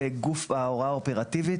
בגוף ההוראה האופרטיבית,